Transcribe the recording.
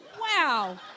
wow